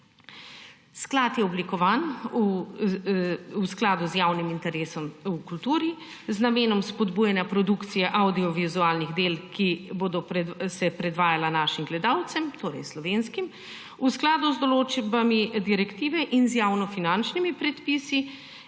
Sklad je oblikovan v skladu z javnim interesom v kulturi, z namenom spodbujanja produkcije avdiovizualnih del, ki se bodo predvajala našim, slovenskim gledalcem, v skladu z določbami direktive in z javnofinančnimi predpisi